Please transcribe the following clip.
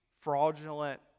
fraudulent